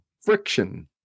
friction